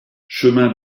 chemin